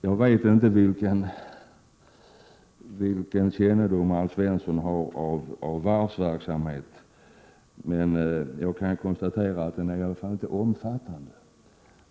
Jag vet inte vilken kännedom Alf Svensson har om varvsverksamhet, men jag kan konstatera att den i varje fall inte är omfattande.